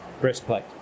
Breastplate